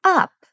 up